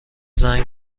زنگ